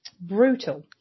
Brutal